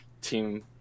team